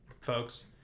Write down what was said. folks